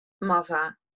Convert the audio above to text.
mother